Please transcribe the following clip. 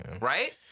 Right